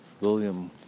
William